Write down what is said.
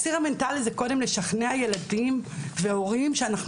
הציר המנטלי זה קודם לשכנע ילדים והורים שאנחנו